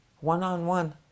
one-on-one